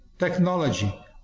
Technology